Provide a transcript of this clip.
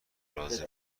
لازم